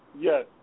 Yes